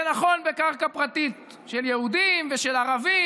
זה נכון בקרקע פרטית של יהודים ושל ערבים,